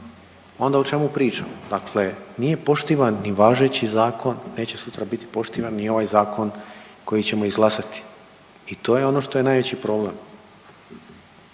Onda o čemu pričamo? Dakle, nije poštivan ni važeći zakon, neće sutra biti poštivan ni ovaj zakon koji ćemo izglasati. I to je ono što je najveći problem,